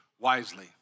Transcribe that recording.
wisely